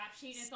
sheet